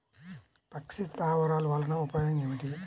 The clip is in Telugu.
పక్షి స్థావరాలు వలన ఉపయోగం ఏమిటి?